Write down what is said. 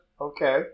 Okay